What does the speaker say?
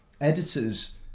editors